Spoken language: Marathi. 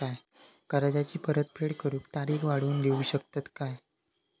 कर्जाची परत फेड करूक तारीख वाढवून देऊ शकतत काय?